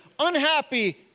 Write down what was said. unhappy